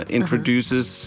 introduces